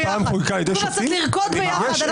אנחנו יכולים לצאת לרקוד ביחד.